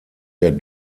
der